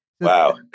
Wow